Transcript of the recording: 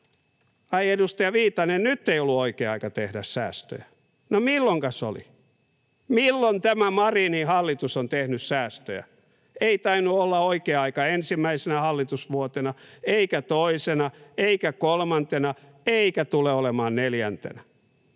Ai, edustaja Viitanen, nyt ei ollut oikea aika tehdä säästöjä? No, milloinkas oli? Milloin tämä Marinin hallitus on tehnyt säästöjä? Ei tainnut olla oikea aika ensimmäisenä hallitusvuotena, eikä toisena, eikä kolmantena, eikä tule olemaan neljäntenä.